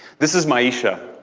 this is maiyishia.